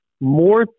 more